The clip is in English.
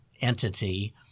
entity